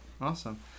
Awesome